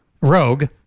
Rogue